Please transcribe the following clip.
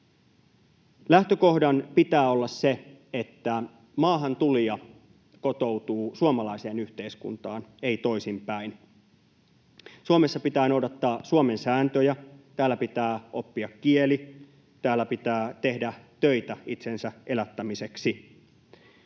Lähtökohdan pitää olla se, että maahantulija kotoutuu suomalaiseen yhteiskuntaan, ei toisinpäin. Suomessa pitää noudattaa Suomen sääntöjä. Täällä pitää oppia kieli, täällä pitää tehdä töitä itsensä elättämiseksi.